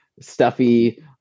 stuffy